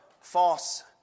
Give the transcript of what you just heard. false